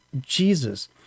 Jesus